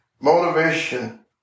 Motivation